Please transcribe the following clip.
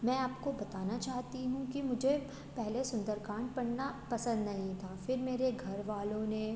मैं आपको बताना चाहती हूँ कि मुझे पहले सुंदरकांड पढ़ना पसंद नहीं था फिर मेरे घरवालों ने